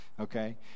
Okay